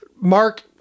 Mark